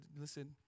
Listen